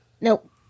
Nope